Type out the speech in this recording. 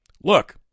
look